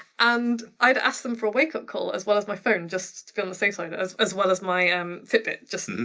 and i'd asked them for a wake up call as well as my phone just to be on the safe side as as well as my um fit bit just, and